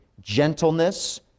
gentleness